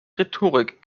rhetorik